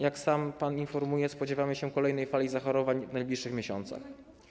Jak sam pan informuje, spodziewamy się kolejnej fali zachorowań w najbliższych miesiącach.